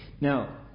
Now